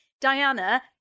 Diana